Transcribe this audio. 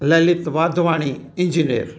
Lalit Wadhwani engineer